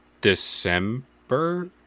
December